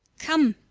come,